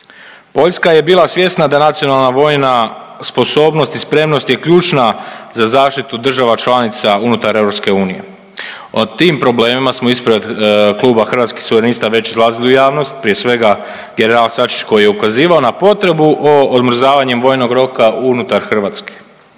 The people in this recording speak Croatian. Poljska je bila svjesna da nacionalna vojna sposobnost i spremnost je ključna za zaštitu država članica unutar EU. O tim problemima smo ispred Kluba Suverenista već izlazili u javnost, prije svega general Sačić koji je ukazivao na potrebu odmrzavanjem vojnog roka unutar Hrvatske.